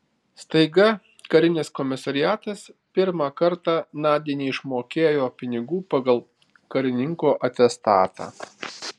staiga karinis komisariatas pirmą kartą nadiai neišmokėjo pinigų pagal karininko atestatą